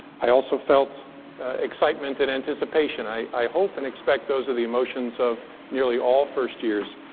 i also felt excitement and anticipation. i i hope and expect those of the emotions of nearly all first years.